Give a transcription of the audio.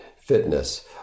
fitness